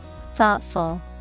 Thoughtful